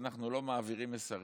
אנחנו לא מעבירים מסרים,